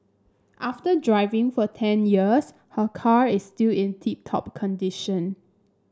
after driving for ten years her car is still in tip top condition